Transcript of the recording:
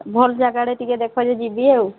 ଭଲ ଜାଗାଟେ ଟିକେ ଦେଖ ଯେ ଯିବି ଆଉ